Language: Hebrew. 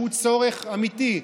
שהוא צורך אמיתי,